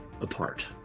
apart